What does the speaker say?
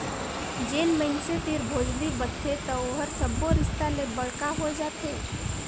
जेन मइनसे तीर भोजली बदथे त ओहर सब्बो रिस्ता ले बड़का होए जाथे